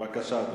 בבקשה,